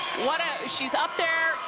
what ah she's up there,